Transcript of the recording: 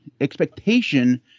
expectation